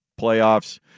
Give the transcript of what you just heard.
playoffs